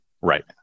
Right